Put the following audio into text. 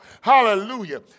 Hallelujah